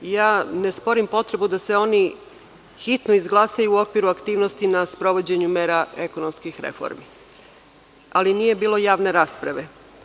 Ne sporim potrebu da se oni hitno izglasaju u okviru aktivnosti na sprovođenju mera ekonomskih reformi, ali nije bilo javne rasprave.